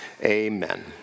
Amen